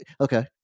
Okay